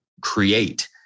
create